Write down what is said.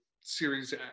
Series